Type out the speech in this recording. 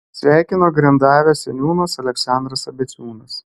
sveikino grendavės seniūnas aleksandras abeciūnas